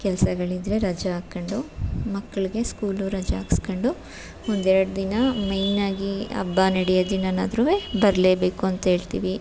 ಕೆಲಸಗಳಿದ್ರೆ ರಜ ಹಾಕಂಡು ಮಕ್ಕಳಿಗೆ ಸ್ಕೂಲು ರಜ ಹಾಕ್ಸ್ಕಂಡು ಒಂದೆರಡು ದಿನ ಮೇಯ್ನಾಗಿ ಹಬ್ಬ ನಡೆಯೋ ದಿನನಾದ್ರು ಬರಲೇಬೇಕು ಅಂತ್ಹೇಳ್ತಿವಿ